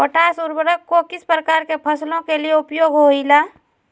Potash उर्वरक को किस प्रकार के फसलों के लिए उपयोग होईला?